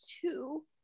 two